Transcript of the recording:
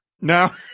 No